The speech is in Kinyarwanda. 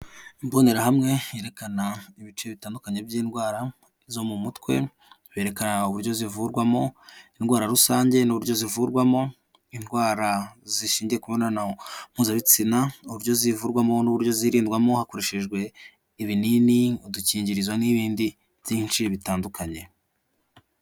Imbonerahamwe yerekana ibice bitandukanye by'indwara zo mu mutwe, berekana uburyo zivurwamo indwara rusange n'uburyo zivurwamo, indwara zishingiye ku mibonano mpuzabitsina, uburyo zivurwamo n'uburyo zirindwamo hakoreshejwe ibinini, udukingirizo n'ibindi byinshi bitandukanye.